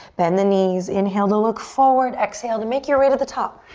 bend the knees. inhale to look forward. exhale to make your way to the top.